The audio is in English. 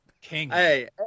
Hey